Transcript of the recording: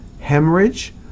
hemorrhage